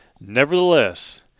nevertheless